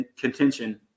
contention